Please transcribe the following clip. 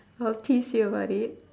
I'll tease you about it